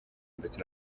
ndetse